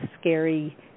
scary